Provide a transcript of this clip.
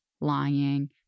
lying